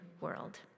world